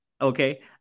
Okay